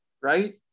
Right